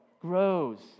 grows